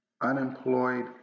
unemployed